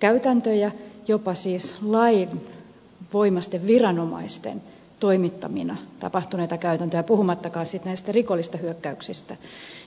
käytäntöjä jopa siis lainvoimaisten viranomaisten toimittamina tapahtuneita käytäntöjä puhumattakaan sitten näistä rikollisista hyökkäyksistä